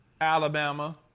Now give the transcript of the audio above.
Alabama